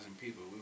people